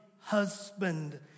husband